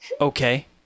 Okay